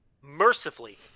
mercifully